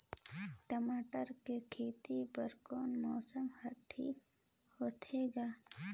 टमाटर कर खेती बर कोन मौसम हर ठीक होथे ग?